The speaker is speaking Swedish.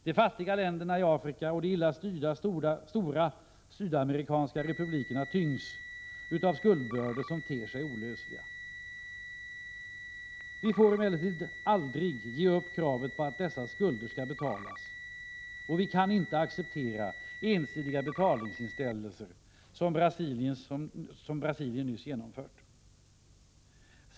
De fattiga länderna i Afrika och de illa styrda stora sydamerikanska republikerna tyngs av skuldbördor som ter sig olösliga. Vi får emellertid aldrig ge upp kravet på att dessa skulder skall betalas, och vi kan inte acceptera ensidiga betalningsinställelser, som Brasilien nyss genomfört.